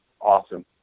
awesome